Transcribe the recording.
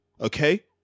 Okay